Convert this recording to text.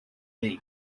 hiv